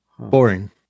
Boring